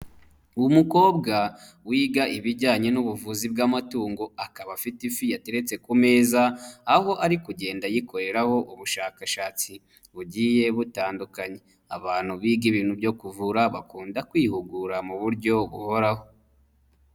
Umukobwa wiga ibijyanye n'ubuvuzi bw'amatungo akaba afite ifi yateretse ku meza aho ari kugenda ayikoreraho ubushakashatsi bugiye butandukanye, abantu biga ibintu byo kuvura bakunda kwihugura mu buryo buhoraho.